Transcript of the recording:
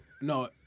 No